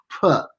put